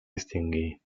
extingir